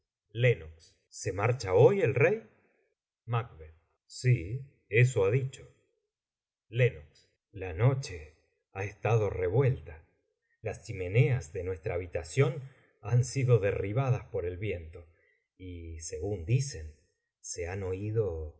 derecha se marcha hoy el rey sí eso ha dicho la noche ha estado revuelta las chimeneas de nuestra habitación han sido derribadas por el viento y según dicen se han oído